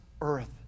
earth